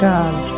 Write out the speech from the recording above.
God